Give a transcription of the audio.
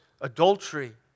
Adultery